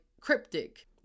cryptic